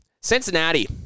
Cincinnati